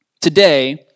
Today